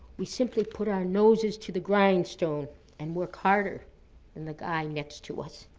we simply put our noses to the grindstone and work harder than the guy next to us.